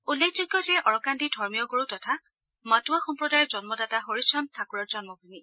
উল্লেখযোগ্য যে অৰকান্দি ধৰ্মীয় গুৰু তথা মাটোৱা সম্প্ৰদায়ৰ জন্মদাতা হৰিচন্দ ঠাকুৰৰ জন্মভূমি